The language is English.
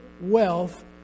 wealth